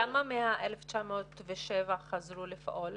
כמה מה-1,907 חזרו לפעול